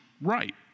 right